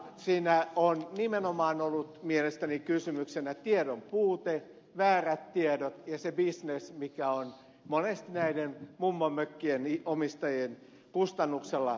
siinä on mielestäni nimenomaan ollut kysymyksessä tiedonpuute väärät tiedot ja se bisnes mikä on monesti näiden mummonmökkien omistajien kustannuksella rehoittanut